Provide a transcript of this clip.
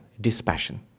dispassion